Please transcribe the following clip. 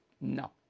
no